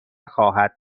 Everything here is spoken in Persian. خواهد